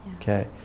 okay